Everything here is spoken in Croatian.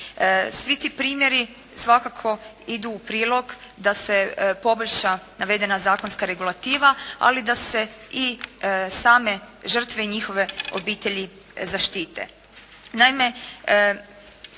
Svi ti primjeri svakako idu u prilog da se poboljša navedena zakonska regulativa, ali da se i same žrtve i njihove obitelji zaštite.